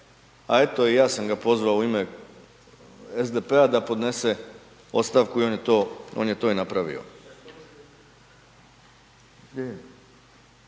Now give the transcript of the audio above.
a eto i ja sam ga pozvao u ime SDP-a da podnese ostavku i on je to i napravio.